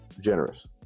generous